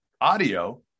audio